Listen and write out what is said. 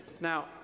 Now